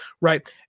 Right